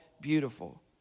beautiful